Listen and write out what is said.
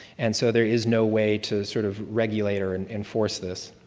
and so there is no way to sort of regulate or and enforce this.